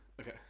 Okay